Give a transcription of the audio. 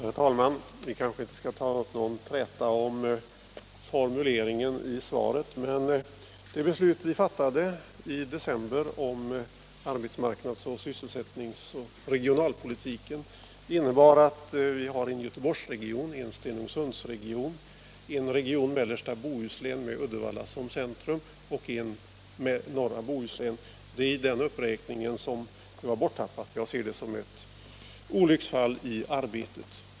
Herr talman! Vi skall kanske inte ta upp någon träta om formuleringen i svaret. Men det beslut vi fattade i december om arbetsmarknads-, sysselsättnings och regionalpolitiken innebar att vi har en Göteborgsregion, en Stenungsundsregion, en region i mellersta Bohuslän med Uddevalla som centrum, och en region i norra Bohuslän. Det är den uppräkningen som var borttappad. Jag ser det som ett olycksfall i arbetet.